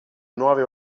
nuove